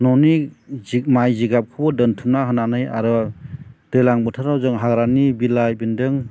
न'नि माइ जिगाबखौ दोनथुमना होनानै आरो दैज्लां बोथोराव जों हाग्रानि बिलाइ बेन्दों